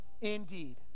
indeed